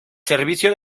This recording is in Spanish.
servicio